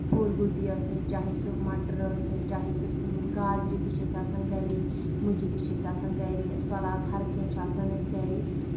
پھُل گوٗپی ٲسِنۍ چاہے سُہ مَٹر ٲسنۍ چاہے سُہ گازرِ تہِ چھِ اسہِ آسان گرے مُجہِ تہِ چھِ اسہِ آسان گرے صلاد ہر کیٚنٛہہ چھُ آسان اَسہِ گرے